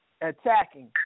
attacking